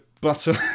butter